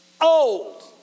old